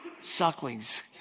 sucklings